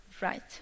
right